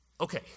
Okay